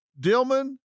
Dillman